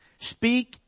Speak